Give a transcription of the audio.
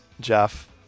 Jeff